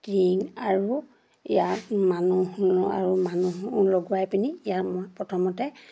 টিং আৰু ইয়াত মানুহ আৰু মানুহ লগোৱাই পিনি ইয়াৰ মই প্ৰথমতে